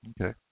Okay